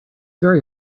very